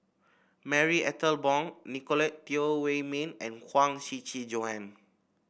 Marie Ethel Bong Nicolette Teo Wei Min and Huang Shiqi Joan